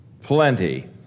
plenty